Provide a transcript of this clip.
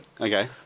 Okay